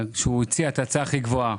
שמציע את ההצעה הכי גבוהה.